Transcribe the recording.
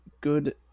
good